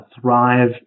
thrive